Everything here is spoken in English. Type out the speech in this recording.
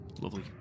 Lovely